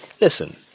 listen